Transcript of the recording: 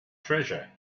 treasure